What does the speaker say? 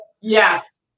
yes